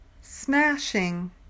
Smashing